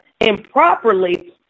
improperly